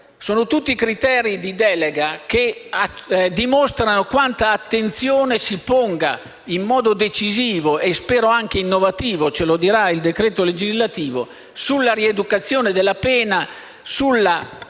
sono tutti criteri di delega che dimostrano quanta attenzione si pone, in modo decisivo, e - spero - anche innovativo (ce lo dirà il decreto legislativo), sulla rieducazione della pena e